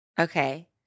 okay